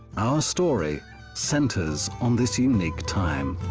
our story centers on this unique time.